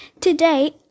today